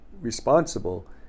responsible